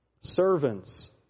Servants